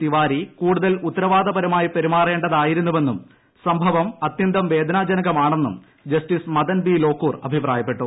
തിവാരി കൂടുതൽ ഉത്തരവാദപരമായി പെരുമാറേണ്ടതായിരുന്നുവെന്നും സംഭവം അത്യന്തം വേദനജനകമാണെന്നും ജസ്റ്റിസ് മദൻ ബി ലോകൂർ അഭിപ്രായപ്പെട്ടു